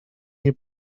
nie